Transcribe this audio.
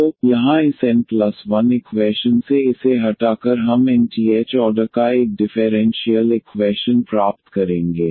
तो यहाँ इस n 1 इक्वैशन से इसे हटाकर हम nth ऑर्डर का एक डिफेरेंशीयल इक्वैशन प्राप्त करेंगे